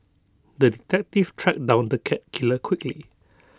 the detective tracked down the cat killer quickly